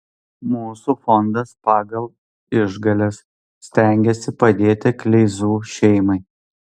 mūsų fondas pagal išgales stengiasi padėti kleizų šeimai